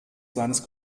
seines